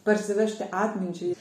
parsivežti atminčiai